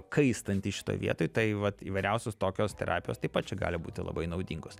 kaistanti šitoj vietoj tai vat įvairiausios tokios terapijos taip pat čia gali būti labai naudingos